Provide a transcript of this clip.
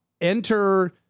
enter